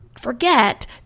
forget